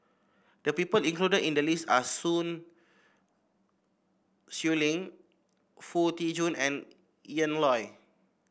the people included in the list are Sun Xueling Foo Tee Jun and Ian Loy